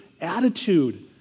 attitude